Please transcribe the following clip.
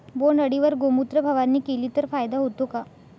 बोंडअळीवर गोमूत्र फवारणी केली तर फायदा होतो का?